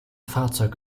fahrzeug